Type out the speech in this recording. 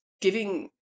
giving